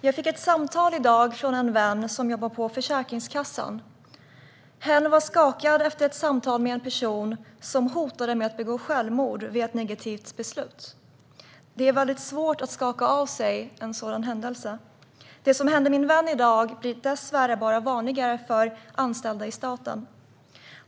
Jag fick i dag ett samtal från en vän som jobbar på Försäkringskassan. Hen var skakad efter ett samtal med en person som hotade med att begå självmord vid ett negativt beslut. Det är mycket svårt att skaka av sig en sådan händelse. Det som hände min vän i dag blir dessvärre bara vanligare för anställda i staten.